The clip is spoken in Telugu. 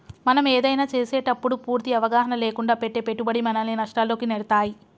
మనం ఏదైనా చేసేటప్పుడు పూర్తి అవగాహన లేకుండా పెట్టే పెట్టుబడి మనల్ని నష్టాల్లోకి నెడతాయి